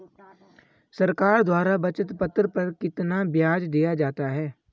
सरकार द्वारा बचत पत्र पर कितना ब्याज दिया जाता है?